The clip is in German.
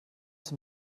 zum